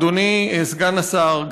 אדוני סגן השר,